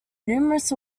numerous